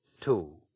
Two